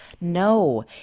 No